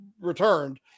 returned